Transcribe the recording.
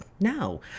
no